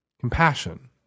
compassion